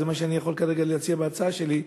זה מה שאני יכול כרגע להציע בהצעה שלי,